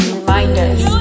reminders